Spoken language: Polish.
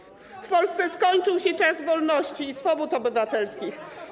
W Polsce skończył się czas wolności i swobód obywatelskich.